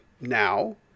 now